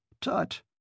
Tut